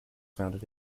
founded